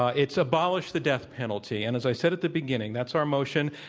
ah it's, abolish the death penalty, and as i said at the beginning, that's our motion.